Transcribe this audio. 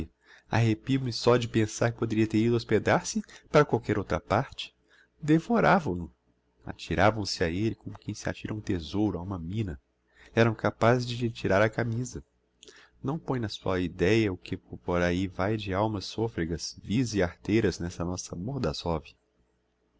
aqui arrepio me só de pensar que poderia ter ido hospedar-se para outra qualquer parte devoravam no atiravam se a elle como quem se atira a um thesouro a uma mina eram capazes de lhe tirar a camisa não põe na sua ideia o que por ahi vae de almas sofregas vis e arteiras n'esta nossa